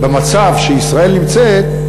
במצב שישראל נמצאת,